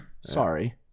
Sorry